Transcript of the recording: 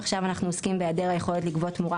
ועכשיו אנחנו עוסקים בהיעדר יכולת לגבות תמורה